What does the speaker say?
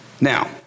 now